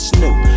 Snoop